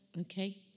Okay